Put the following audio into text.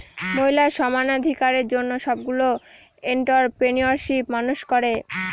মহিলা সমানাধিকারের জন্য সবগুলো এন্ট্ররপ্রেনিউরশিপ মানুষ করে